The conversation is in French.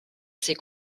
ces